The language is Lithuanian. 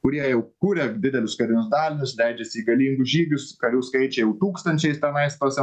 kurie jau kuria didelius karinius dalinius leidžiasi į galingus žygius karių skaičiai jau tūkstančiais tenais tuose